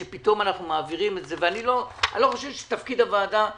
שפתאום מעבירים את זה ואני לא חושב שתפקיד הוועדה להיכנס,